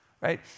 right